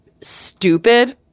stupid